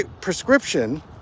prescription